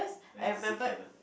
N_C_C camp ah